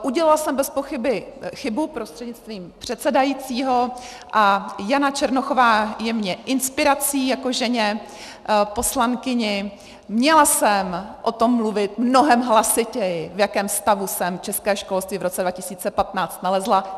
Udělala jsem bezpochyby chybu prostřednictvím předsedajícího a Jana Černochová je mi inspirací jako ženě, poslankyni, měla jsem o tom mluvit mnohem hlasitěji, v jakém stavu jsem české školství v roce 2015 nalezla.